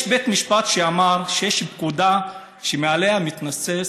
יש בית משפט שאמר שיש פקודה שמעליה מתנוסס